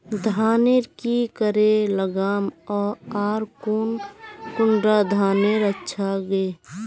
धानेर की करे लगाम ओर कौन कुंडा धानेर अच्छा गे?